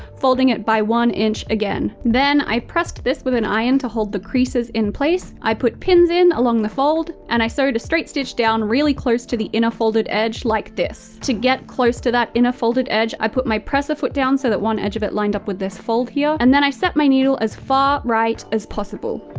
folding it by one inch again. then i pressed this with an iron and to hold the creases in place, i put pins along the fold, and i sewed a straight stitch down, really close to the inner folded edge, like this. to get close to the inner folded edge, i put my presser foot down so that one edge of it lined up with this fold here, and then i set my needle as far right as possible.